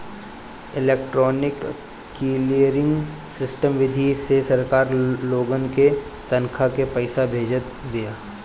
electronic clearing system विधि से सरकार लोगन के तनखा के पईसा भेजत बिया